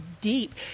deep